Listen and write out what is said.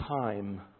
time